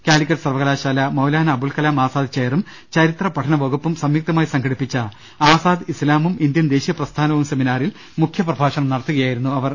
കാലിക്കറ്റ് സർവകലാശാലാ മൌലാനാ അബുൾ കലാം ആസാദ് ചെയറും ചരിത്ര പഠനവകുപ്പും സംയുക്തമായി സംഘ ടിപ്പിച്ച ആസാദ് ഇസ്ലാമും ഇന്ത്യൻ ദേശീയ പ്രസ്ഥാനവും സെമിനാറിൽ മുഖ്യ പ്രഭാഷണം നടത്തുകയായിരുന്നു അവർ